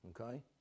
okay